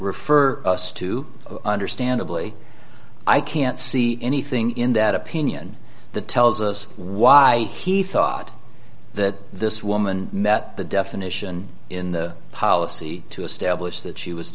refer us to understandably i can't see anything in that opinion the tells us why he thought that this woman met the definition in the policy to establish that she was